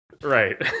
Right